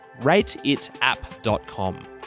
rateitapp.com